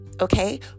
okay